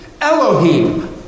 Elohim